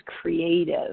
creative